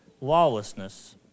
lawlessness